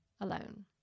alone